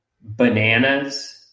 bananas